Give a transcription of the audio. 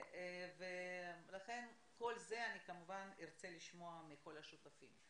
את כל זה כמובן ארצה לשמוע מכל השותפים.